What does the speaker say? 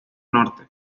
norte